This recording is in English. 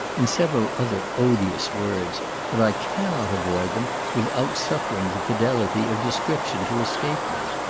and several other odious words but i cannot avoid them, without suffering the fidelity of description to escape me.